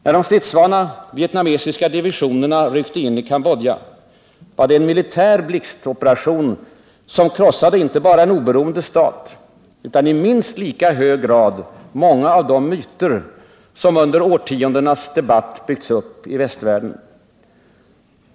När de stridsvana vietnamesiska divisionerna ryckte in i Cambodja var det en militär blixtoperation, som krossade inte bara en oberoende stat utan i minst lika hög grad många av de myter som under årtiondenas debatt byggts upp i västvärlden.